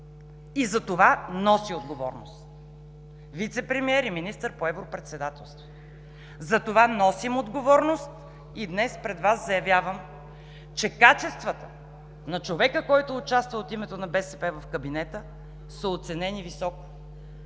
За това нося отговорност – вицепремиер и министър по европредседателството. Затова носим отговорност. Днес пред Вас заявявам, че качествата на човека, който участва от името на БСП в кабинета, са оценени високо.